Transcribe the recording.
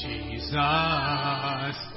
Jesus